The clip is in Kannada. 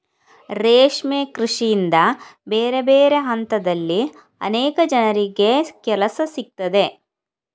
ರೇಷ್ಮೆ ಕೃಷಿಯಿಂದ ಬೇರೆ ಬೇರೆ ಹಂತದಲ್ಲಿ ಅನೇಕ ಜನರಿಗೆ ಕೆಲಸ ಸಿಗ್ತದೆ